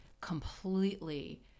completely